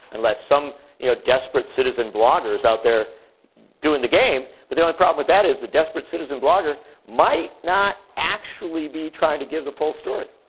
unless some you know desperate citizen blogger is out there doing the game. but the only problem with that is the desperate citizen blogger might not actually be trying to give the full story.